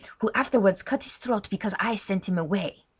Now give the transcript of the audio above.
who afterwards cut his throat because i sent him away.